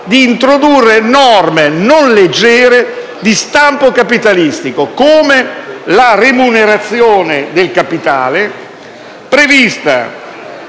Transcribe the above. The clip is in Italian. di introdurre norme non leggere di stampo capitalistico, come la remunerazione del capitale, prevista,